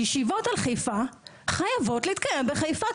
ישיבות על חיפה חייבות להתקיים בחיפה,